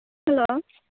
hello